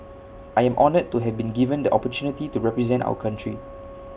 I am honoured to have been given the opportunity to represent our country